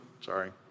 Sorry